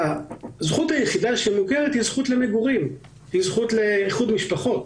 הזכות היחידה שמוכרת היא הזכות למגורים ולאיחוד משפחות,